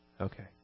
Okay